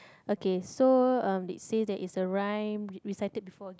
okay so um they say that is a rhyme recited before again